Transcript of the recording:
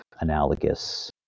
analogous